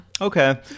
okay